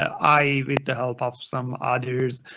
i, with the help of some others,